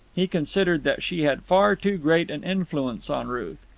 he considered that she had far too great an influence on ruth.